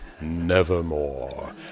nevermore